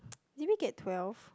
did we get twelve